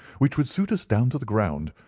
which would suit us down to the ground.